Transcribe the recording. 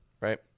right